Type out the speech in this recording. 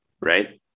right